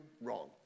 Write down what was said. wrong